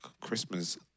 Christmas